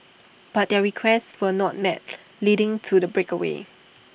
but their requests were not met leading to the breakaway